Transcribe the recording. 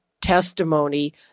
testimony